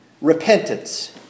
Repentance